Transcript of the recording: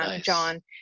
John